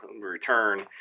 return